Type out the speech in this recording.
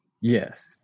Yes